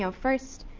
so first,